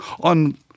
on